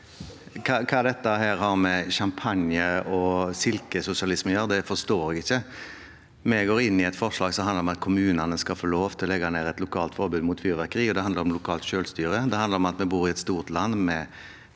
Hva dette har med champagne og silkesosialisme å gjøre, forstår jeg ikke. Vi går inn i et forslag som handler om at kommunene skal få lov til å legge ned et lokalt forbud mot fyrverkeri. Det handler om lokalt selvstyre, det handler om at vi bor i et stort land med